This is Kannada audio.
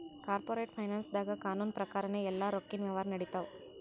ಕಾರ್ಪೋರೇಟ್ ಫೈನಾನ್ಸ್ದಾಗ್ ಕಾನೂನ್ ಪ್ರಕಾರನೇ ಎಲ್ಲಾ ರೊಕ್ಕಿನ್ ವ್ಯವಹಾರ್ ನಡಿತ್ತವ